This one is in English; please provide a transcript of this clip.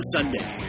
Sunday